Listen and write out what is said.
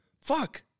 fuck